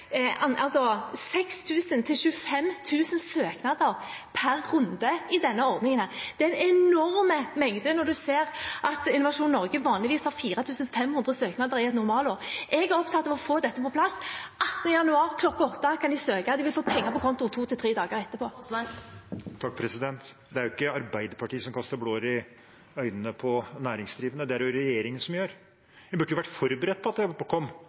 per runde i denne ordningen. Det er en enorm mengde når vi ser at Innovasjon Norge vanligvis har 4 500 søknader i et normalår. Jeg er opptatt av å få dette på plass. Den 18. januar klokka 8 kan de søke, og de vil få penger på konto to til tre dager etterpå. Det er ikke Arbeiderpartiet som kaster blår i øynene på næringslivet, det er det jo regjeringen som gjør. En burde ha vært forberedt på at det kom